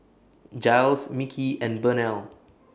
Jiles Micky and Burnell